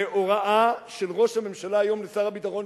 והוראה של ראש הממשלה היום לשר הביטחון,